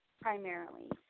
primarily